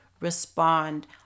respond